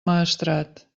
maestrat